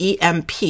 emp